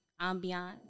Ambiance